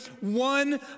one